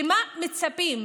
למה מצפים?